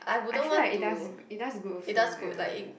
I feel like it does it does good also ya